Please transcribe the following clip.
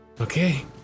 Okay